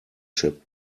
ship